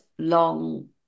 long